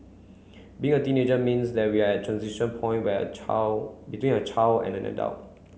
being a teenager means that we're a transition point where a child between a child and an adult